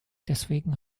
deswegen